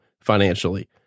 financially